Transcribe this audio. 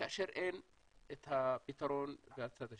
כאשר אין את הפתרון בצד השני.